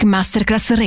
Masterclass